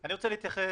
אני רוצה להתייחס